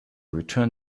return